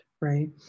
right